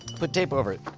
put tape over it,